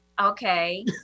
Okay